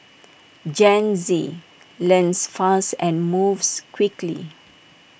Gen Z learns fast and moves quickly